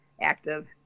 active